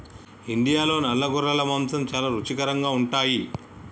ఇండియాలో నల్ల గొర్రెల మాంసం చాలా రుచికరంగా ఉంటాయి